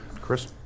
Chris